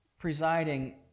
presiding